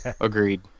Agreed